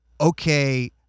okay